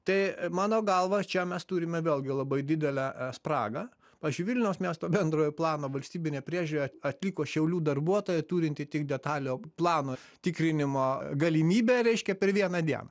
tai mano galva čia mes turime vėlgi labai didelę e spragą pavyzdžiui vilniaus miesto bendrojo plano valstybinę priežiūrą atliko šiaulių darbuotoja turinti tik detaliojo plano tikrinimo galimybę reiškia per vieną dieną